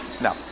No